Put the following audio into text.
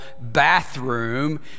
bathroom